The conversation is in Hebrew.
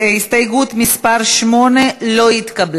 ההסתייגות (8) של קבוצת סיעת המחנה הציוני לסעיף 1 לא נתקבלה.